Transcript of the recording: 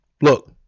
look